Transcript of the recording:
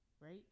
right